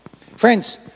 friends